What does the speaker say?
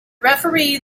referee